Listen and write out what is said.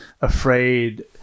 afraid